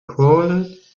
crawled